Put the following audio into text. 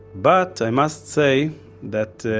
but i must say that